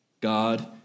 God